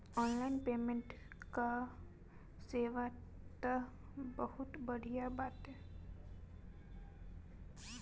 online payment कअ सेवा तअ बहुते बढ़िया बाटे